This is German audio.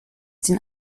den